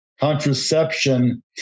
contraception